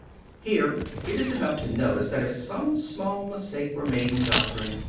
here it is enough to notice that if some small mistake were made in doctrine,